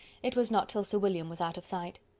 it was not till sir william was out of sight.